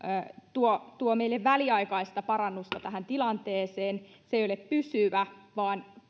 tuo tuo meille väliaikaista parannusta tähän tilanteeseen se ei ole pysyvä vaan